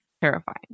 terrifying